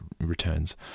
returns